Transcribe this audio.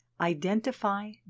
Identify